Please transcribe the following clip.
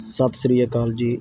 ਸਤਿ ਸ਼੍ਰੀ ਅਕਾਲ ਜੀ